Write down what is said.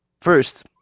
First